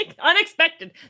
unexpected